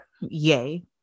Yay